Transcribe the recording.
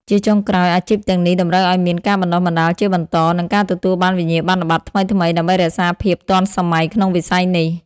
ជាចុងក្រោយ អាជីពទាំងនេះតម្រូវឱ្យមាន ការបណ្តុះបណ្តាលជាបន្ត និងការទទួលបានវិញ្ញាបនបត្រថ្មីៗដើម្បីរក្សាភាពទាន់សម័យក្នុងវិស័យនេះ។